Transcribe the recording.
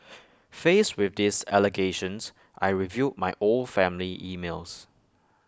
faced with these allegations I reviewed my old family emails